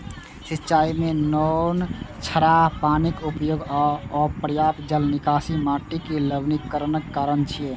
सिंचाइ मे नोनछराह पानिक उपयोग आ अपर्याप्त जल निकासी माटिक लवणीकरणक कारण छियै